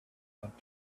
hunt